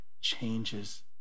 changes